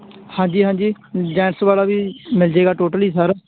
ਹਾਂਜੀ ਹਾਂਜੀ ਜੈਂਟਸ ਵਾਲਾ ਵੀ ਮਿਲ ਜੇਗਾ ਟੋਟਲੀ ਸਾਰਾ